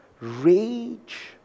Rage